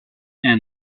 and